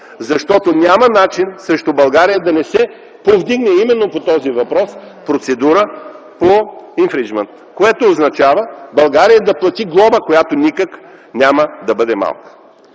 Защото няма начин срещу България да не се повдигне именно по този въпрос процедура по инфрийджмънт, което означава България да плати глоба, която никак няма да бъде малка.